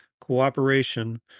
Cooperation